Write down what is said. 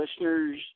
listeners